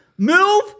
move